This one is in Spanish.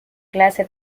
clase